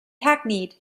hackneyed